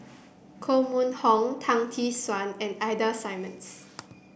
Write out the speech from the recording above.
Koh Mun Hong Tan Tee Suan and Ida Simmons